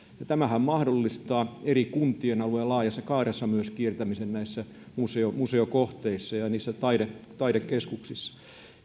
tämähän mahdollistaa myös eri kuntien alueella laajassa kaaressa kiertämisen museokohteissa ja taidekeskuksissa